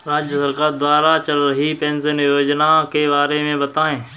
राज्य सरकार द्वारा चल रही पेंशन योजना के बारे में बताएँ?